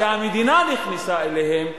שהמדינה נכנסה אליהם,